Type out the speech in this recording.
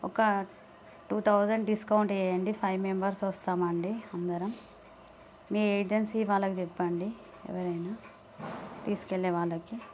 ఒక two thousand discount వేయండి five members వస్తాం అండి అందరం మీ ఏజెన్సీ వాళ్ళకు చెప్పండి ఎవరైన తీసుకు వెళ్ళే వాళ్ళకి